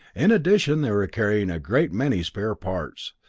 in addition they were carrying a great many spare parts,